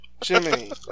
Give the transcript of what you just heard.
Jimmy